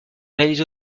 réalise